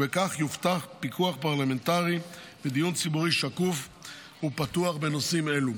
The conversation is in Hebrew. ובכך יובטח פיקוח פרלמנטרי ודיון ציבורי שקוף ופתוח בנושאים אלה.